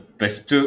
best